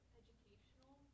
educational